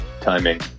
timing